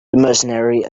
mercenary